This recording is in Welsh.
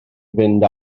fynd